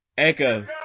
Echo